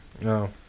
No